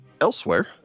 Elsewhere